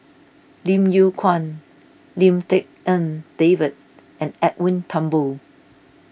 Lim Yew Kuan Lim Tik En David and Edwin Thumboo